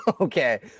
Okay